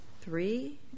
three